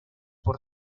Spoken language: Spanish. por